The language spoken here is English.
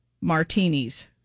martinis